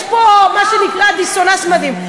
יש פה מה שנקרא דיסוננס מדהים.